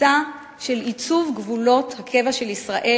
לתפיסה של עיצוב גבולות הקבע של ישראל